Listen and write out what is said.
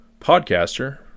podcaster